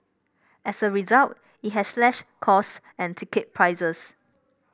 as a result it has slashed cost and ticket prices